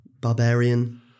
Barbarian